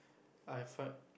I find